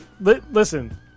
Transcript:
listen